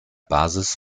basis